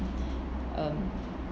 um